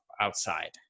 outside